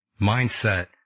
mindset